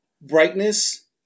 brightness